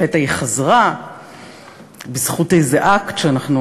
לפתע היא חזרה בזכות איזה אקט שאנחנו